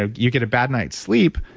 ah you get a bad night's sleep,